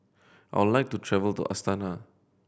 I would like to travel to Astana